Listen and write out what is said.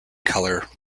colour